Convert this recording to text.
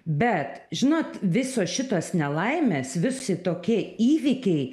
bet žinot visos šitos nelaimės visi tokie įvykiai